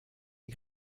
est